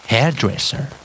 Hairdresser